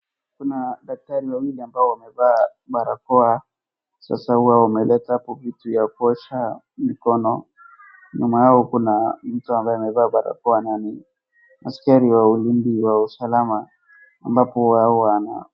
Kuna daktari wawili ambao wamevaa barakoa, sasa hua wanaleta hapo vitu ya kuosha mikono. Nyuma kuna mtu ambaye amevaa barakoa na ni askrai wa ulinzi wa usalama ambapo huwa ana.